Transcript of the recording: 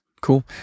Cool